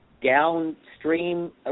Downstream